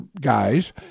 guys